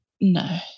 no